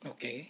okay